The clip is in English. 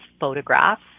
photographs